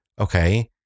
Okay